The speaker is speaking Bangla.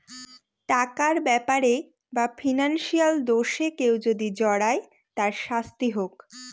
টাকার ব্যাপারে বা ফিনান্সিয়াল দোষে কেউ যদি জড়ায় তার শাস্তি হোক